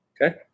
Okay